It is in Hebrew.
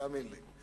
תאמין לי.